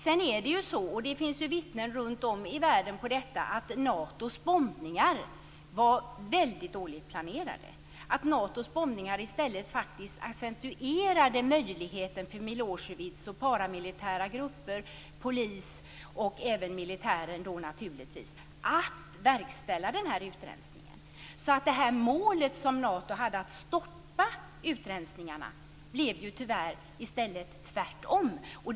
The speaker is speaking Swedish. Sedan är det ju så, och i det avseendet finns det vittnen runtom i världen, att Natos bombningar var väldigt dåligt planerade. I stället accentuerade de faktiskt möjligheten för Milosevic och för paramilitära grupper, polis och, naturligtvis, militär att verkställa utrensningen. Det mål som Nato hade, att stoppa utrensningar, blev tyvärr i stället motsatsen.